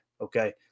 Okay